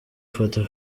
fata